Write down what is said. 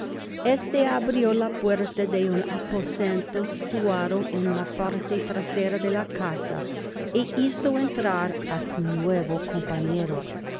este abrió la puerta de un aposento situado en la parte trasera de la casa é hizo entrar á su nuev o compañero